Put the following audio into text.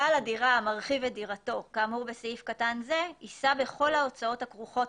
בעל הדירה המרחיב את דירתו באמור בסעיף קטן זה יישא בכל ההוצאות הכרוכות